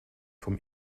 vom